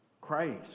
Christ